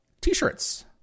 t-shirts